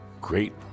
great